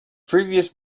previous